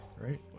right